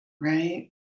Right